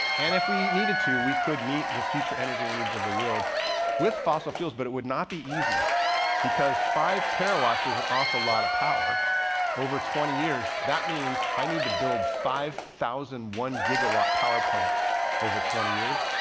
and if we needed to, we could meet the future energy needs of the world with fossil fuels. but it would not be easy because five terawatts is an awful lot of power over twenty years. that means i need to build five thousand and one gigawatt power plants over twenty years.